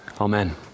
Amen